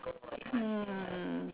mm